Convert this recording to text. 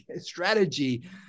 strategy